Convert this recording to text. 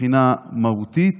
מבחינה מהותית,